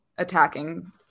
attacking